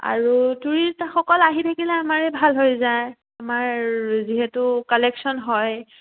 আৰু টুৰিষ্টসকল আহি থাকিলে আমাৰেই ভাল হৈ যায় আমাৰ যিহেতু কালেক্যন হয়